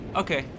okay